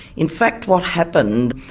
in fact what happened,